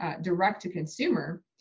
direct-to-consumer